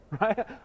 right